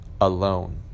alone